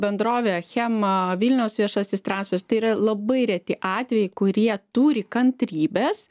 bendrovė achema vilniaus viešasis transportas tai yra labai reti atvejai kurie turi kantrybės